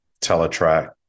Teletrack